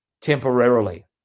temporarily